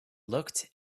looked